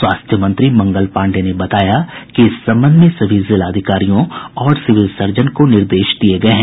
स्वास्थ्य मंत्री मंगल पांडेय ने बताया कि इस संबंध में सभी जिलाधिकारियों और सिविल सर्जन को निर्देश दिये गये हैं